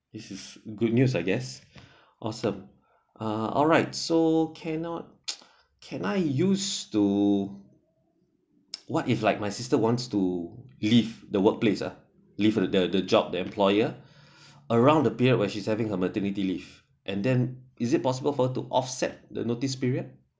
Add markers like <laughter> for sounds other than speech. this is good news I guess <breath> awesome uh alright so cannot <noise> can I use to <noise> what if like my sister wants to leave the workplace uh leave uh the the job the employer <breath> around the period when she's having her maternity leave and then is it possible for her to offset the notice period